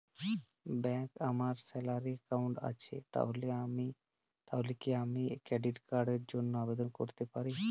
ব্যাংকে আমার salary account আছে তাহলে কি আমি ক্রেডিট কার্ড র জন্য আবেদন করতে পারি?